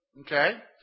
Okay